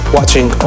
Watching